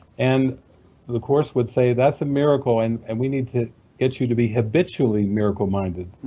and the the course would say that's a miracle and and we need to get you to be habitually miracle-minded,